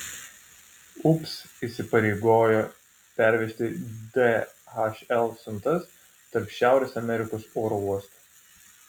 ups įsipareigojo pervežti dhl siuntas tarp šiaurės amerikos oro uostų